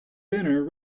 dinner